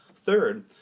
Third